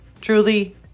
Truly